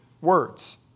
words